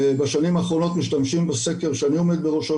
בשנים האחרונות משתמשים בסקר שאני עומד בראשו,